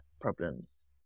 problems